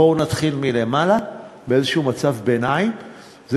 בואו נתחיל מלמעלה, במצב ביניים כלשהו.